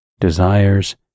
desires